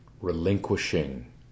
Relinquishing